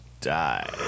die